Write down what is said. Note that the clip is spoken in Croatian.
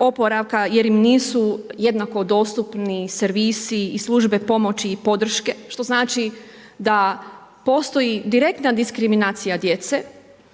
oporavka jer im nisu jednako dostupni servisi i službe pomoći i podrške što znači da postoji direktna diskriminacija djece.